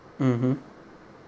mmhmm